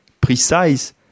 precise